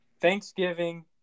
Thanksgiving